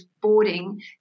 boarding